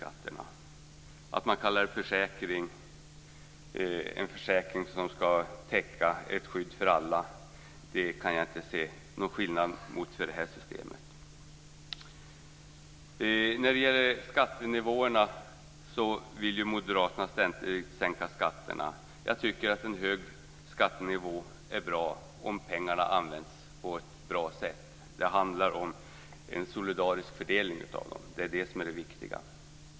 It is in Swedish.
Jag kan inte se att det skulle vara någon skillnad om man kallar det för en försäkring som ska ge ett skydd för alla. Moderaterna vill ju ständigt sänka skatterna. Jag tycker att en hög skattenivå är bra om pengarna används på ett bra sätt. Det handlar om en solidarisk fördelning av dem. Det är det som är det viktiga.